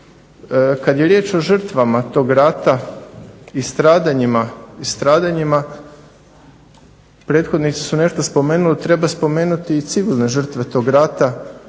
Kad je riječ o žrtvama tog rata i stradanjima prethodnici su nešto spomenuli, treba spomenuti i civilne žrtve tog rata.